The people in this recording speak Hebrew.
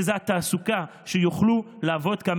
שזו התעסוקה ושיוכלו לעבוד כאן.